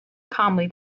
calmly